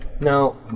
Now